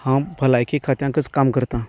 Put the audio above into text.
हांव भलायकी खांत्यांतच काम करतां